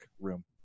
room